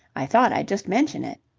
i thought i'd just mention it.